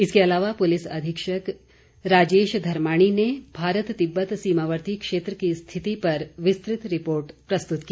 इसके अलावा पुलिस अधीक्षक राजेश धर्माणी ने भारत तिब्बत सीमावर्ती क्षेत्र की स्थिति पर विस्तुत रिपोर्ट प्रस्तुत की